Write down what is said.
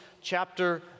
chapter